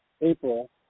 April